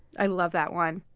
i love that one.